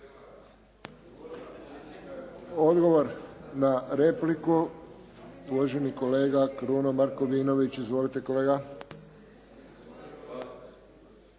Odgovor na repliku, uvaženi kolega Kruno Markovinović. Izvolite kolega.